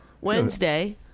Wednesday